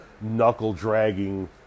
knuckle-dragging